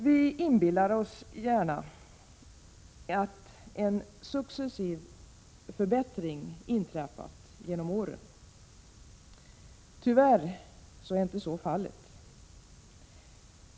Vi inbillar oss gärna att en successiv förbättring inträffat genom åren. Tyvärr är så inte fallet.